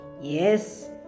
Yes